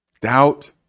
Doubt